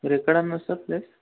మీరెక్కడ ఉన్నారు sir place